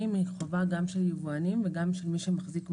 אלא חובה גם של יבואנים וגם של מי שמחזיק מחסן.